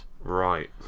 right